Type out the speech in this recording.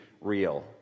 real